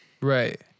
Right